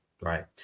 Right